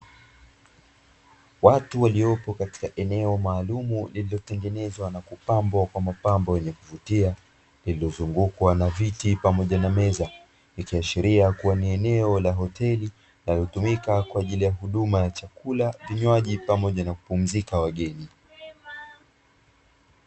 Watu waliopo katika eneo maalumu lililotengenezwa na kupambwa kwa mapambo yenye kuvutia, lililozungukwa na viti pamoja na meza. Ikiashiria kuwa ni eneo la hoteli inayotumika kwa huduma ya chakula, vinywaji pamoja na kupumzikwa wageni.